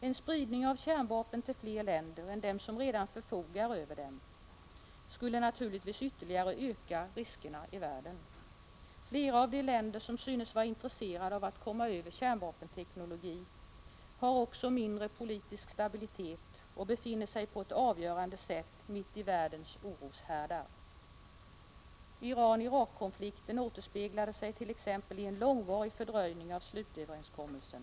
En spridning av kärnvapen till fler länder än dem som redan förfogar över dessa skulle naturligtvis ytterligare öka riskerna i världen. Flera av de länder som synes vara intresserade av att komma över kärnvapenteknologi har också mindre politisk stabilitet och befinner sig på ett avgörande sätt mitt i världens oroshärdar. Iran-Irak-konflikten återspeglade sig t.ex. i en långvarig fördröjning av slutöverenskommelsen.